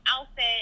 outfit